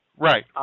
Right